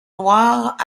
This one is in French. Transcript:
noirs